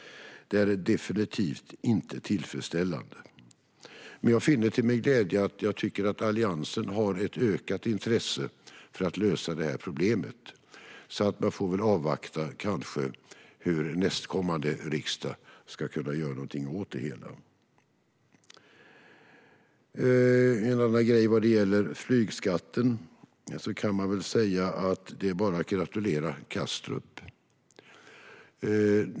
Det här är definitivt inte tillfredsställande. Till min glädje finner jag att Alliansen verkar ha ett ökat intresse för att lösa problemet. Jag får kanske avvakta och se hur man i nästkommande riksmöte kan göra något åt det här. En annan sak man kan säga om flygskatten är att det bara är att gratulera Kastrup.